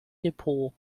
depot